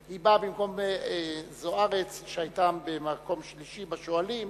היא באה במקום חברת הכנסת זוארץ שהיתה במקום שלישי בשואלים.